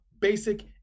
basic